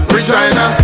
Regina